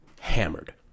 hammered